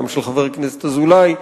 גם של חבר הכנסת אזולאי,